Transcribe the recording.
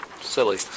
silly